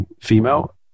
female